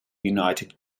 united